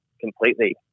completely